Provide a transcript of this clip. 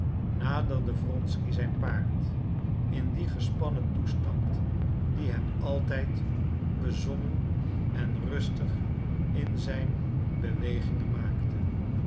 naderde wronsky zijn paard in dien gespannen toestand die hem altijd bezonnen en rustig in zijn bewegingen maakte